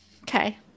okay